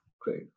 great